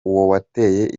wateye